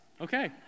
Okay